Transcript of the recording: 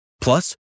Plus